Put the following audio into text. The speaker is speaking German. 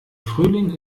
frühling